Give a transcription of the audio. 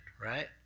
right